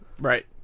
right